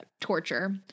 torture